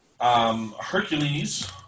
Hercules